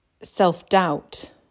self-doubt